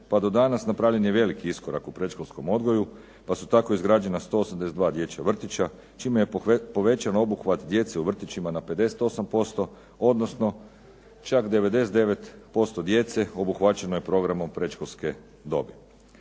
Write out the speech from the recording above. pa do danas napravljen je velik iskorak u predškolskom odgoju pa su tako izgrađena 182 dječja vrtića čime je povećan obuhvat djece u vrtićima na 58% odnosno čak 99% djece obuhvaćeno je programom predškolske dobi.